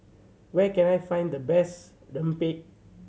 where can I find the best rempeyek